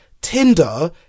Tinder